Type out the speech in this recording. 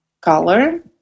color